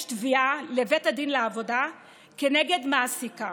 תביעה לבית הדין לעבודה כנגד מעסיקה